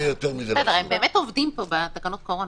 בסדר, הם באמת עובדים פה בתקנות קורונה.